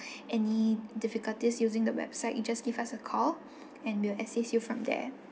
any difficulties using the website you just give us a call and we'll assist you from there